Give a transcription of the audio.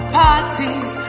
parties